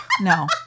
No